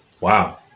wow